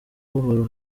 buhoro